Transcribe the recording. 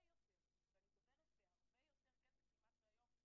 הרבה יותר, ממש הרבה יותר כסף ממה שהיום.